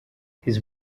his